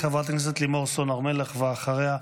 חברת הכנסת לימור סון הר מלך, ואחריה,